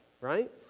right